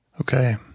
Okay